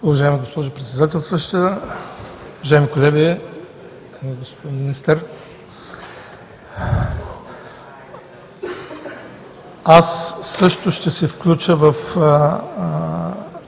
Уважаема госпожо Председателстваща, уважаеми колеги, госпожо Министър! Аз също ще се включа в